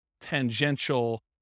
tangential